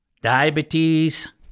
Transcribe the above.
diabetes